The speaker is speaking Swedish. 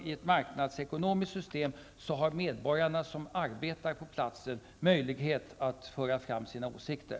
I ett marknadsekonomiskt system har de medborgare som arbetar på platsen möjlighet att föra fram sina åsikter.